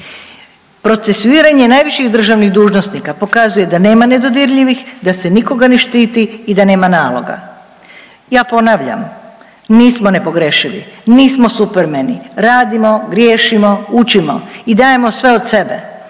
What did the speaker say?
Procesuiranje najviših državnih dužnosnika pokazuje da nema nedodirljivih, da se nikoga ne štiti i da nema naloga. Ja ponavljam, nismo nepogrešivi, nismo supermeni, radimo, griješimo, učimo i dajemo sve od sebe